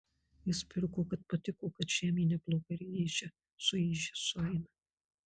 jis pirko kad patiko kad žemė nebloga ir ežia su ežia sueina